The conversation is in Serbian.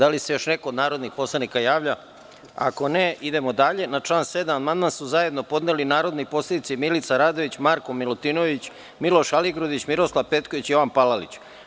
Da li se još neko od narodnih poslanika javlja za reč? (Ne) Na član 7. amandman su zajedno podneli narodni poslanici Milica Radović, Marko Milutinović, Miloš Aligrudić, Miroslav Petković i Jovan Palalić.